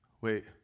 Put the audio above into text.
Wait